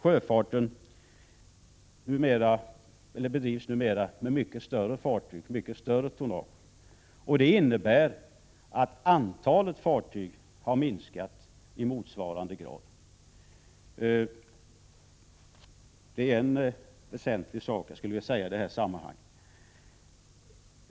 Sjöfarten bedrivs numera med mycket större fartyg, som har mycket större tonnage, vilket innebär att antalet fartyg har minskat i motsvarande grad. Det har en väsentlig betydelse i detta sammanhang.